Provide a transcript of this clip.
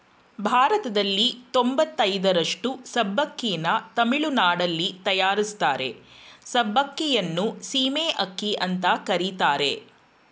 ಭಾರತದಲ್ಲಿ ತೊಂಬತಯ್ದರಷ್ಟು ಸಬ್ಬಕ್ಕಿನ ತಮಿಳುನಾಡಲ್ಲಿ ತಯಾರಿಸ್ತಾರೆ ಸಬ್ಬಕ್ಕಿಯನ್ನು ಸೀಮೆ ಅಕ್ಕಿ ಅಂತ ಕರೀತಾರೆ